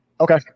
Okay